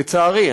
לצערי,